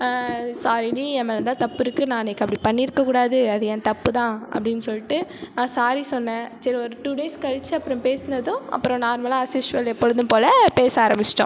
ஸாரி டி என் மேல் தான் தப்பு இருக்கு நான் அன்னக்கு அப்படி பண்ணிருக்க கூடாது அது என் தப்பு தான் அப்படின்னு சொல்லிட்டு நான் ஸாரி சொன்னேன் சரி ஒரு டூ டேஸ் கழிச்சு அப்புறம் பேசுனதும் அப்புறம் நார்மலாக அஸ்யூஷ்வல் எப்பொழுதும் போல் பேச ஆரம்மிச்சிட்டோம்